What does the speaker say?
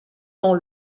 dans